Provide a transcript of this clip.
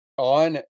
On